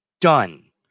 Done